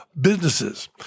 businesses